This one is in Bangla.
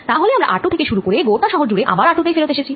তা হলে আমরা r2 থেকে শুরু করে গোটা শহর ঘুরে আবার r2 তে ফেরত এসেছি